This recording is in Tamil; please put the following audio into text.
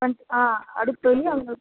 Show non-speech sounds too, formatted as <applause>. வந் ஆ அதுக்கு தனியாக <unintelligible>